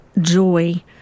joy